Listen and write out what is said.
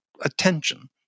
attention